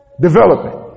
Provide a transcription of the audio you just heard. development